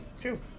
true